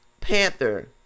Panther